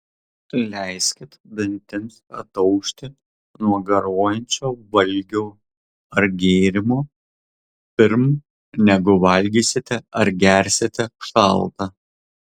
leiskit dantims ataušti nuo garuojančio valgio ar gėrimo pirm negu valgysite ar gersite šaltą